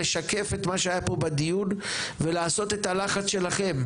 לשקף את מה שהיה פה בדיון ולעשות את הלחץ שלכם,